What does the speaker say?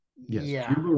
Yes